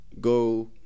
go